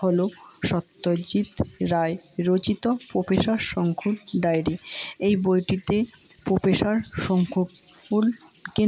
হলো সত্যজিৎ রায় রচিত প্রফেসার শঙ্কুর ডায়েরি এই বইটিতে প্রফেসার শঙ্কু কে